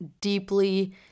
deeply